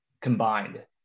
combined